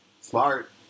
Smart